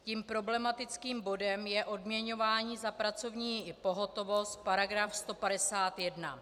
Tím problematickým bodem je odměňování za pracovní pohotovost, § 151.